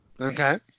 Okay